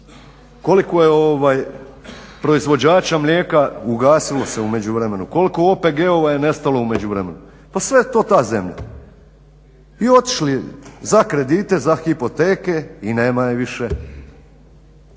koliko je proizvođača mlijeka ugasilo se u međuvremenu, koliko OPG-ova je nestalo u međuvremenu? Pa sve je to ta zemlja. Otišla za kredite, za hipoteke i nema je više.